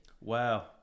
wow